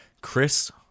Chris